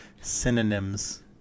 synonyms